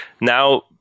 Now